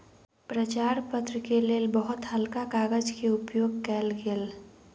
प्रचार पत्र के लेल बहुत हल्का कागजक उपयोग कयल गेल